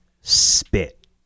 Spit